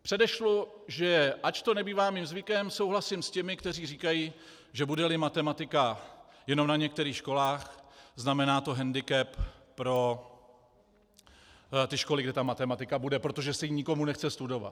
Předešlu, že ač to nebývá mým zvykem, souhlasím s těmi, kteří říkají, že budeli matematika jenom na některých školách, znamená to hendikep pro ty školy, kde ta matematika bude, protože se ji nikomu nechce studovat.